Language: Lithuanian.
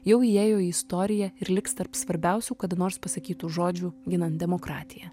jau įėjo į istoriją ir liks tarp svarbiausių kada nors pasakytų žodžių ginant demokratiją